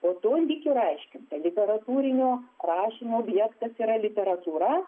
po to lyg ir aiškinta literatūrinio rašinio objektas yra literatūra